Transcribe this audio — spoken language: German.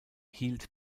hielt